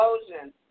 explosion